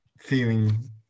feeling